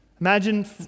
Imagine